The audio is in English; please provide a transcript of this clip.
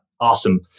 Awesome